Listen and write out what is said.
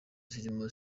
zirimo